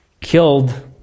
killed